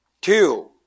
Two